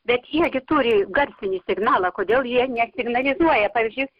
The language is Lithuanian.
bet jie gi turi garsinį signalą kodėl jie nesignalizuoja pavyzdžiui